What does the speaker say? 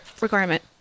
requirement